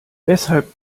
weshalb